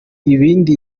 ibindi